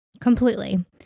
Completely